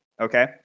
Okay